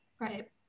right